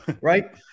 right